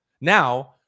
Now